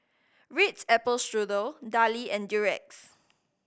Ritz Apple Strudel Darlie and Durex